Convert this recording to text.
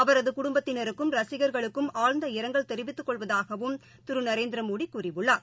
அவரதுகுடும்பத்தினருக்கும் ரசிகர்களுக்கும் ஆழ்ந்த இரங்கல் தெரிவித்துக் கொள்வதாகவும் திருநரேந்திரமோடிகூறியுள்ளார்